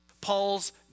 Paul's